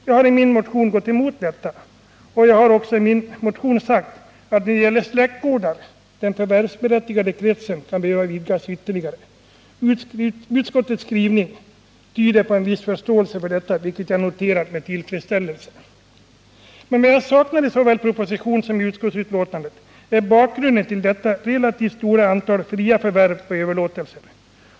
Jag har i min motion gått emot detta — och jag har också i motionen sagt att när det gäller släktgårdar den förvärvsberättigade kretsen kan behöva vidgas ytterligare. Utskottets skrivning tyder på en viss förståelse för detta, vilket jag noterar med tillfredsställelse. Men vad jag saknar i såväl proposition som utskottsbetänkande är bakgrunden till detta relativt stora antal ”fria” förvärv och överlåtelser.